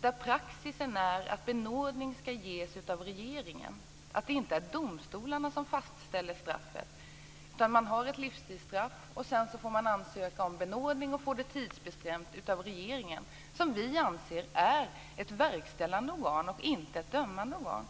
där praxis är att benådning skall ges av regeringen. Det är alltså inte domstolarna som fastställer straffet. Man har ett livstidsstraff. Sedan får man ansöka om benådning, och tidsbestämningen görs av regeringen. Vi anser att regeringen är ett verkställande organ, inte ett dömande organ.